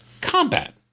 combat